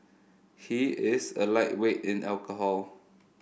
he is a lightweight in alcohol